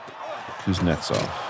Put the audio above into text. Kuznetsov